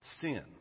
Sin